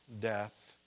death